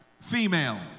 female